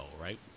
right